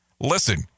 Listen